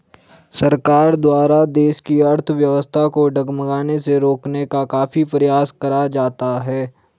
सरकार द्वारा देश की अर्थव्यवस्था को डगमगाने से रोकने का काफी प्रयास करा जाता है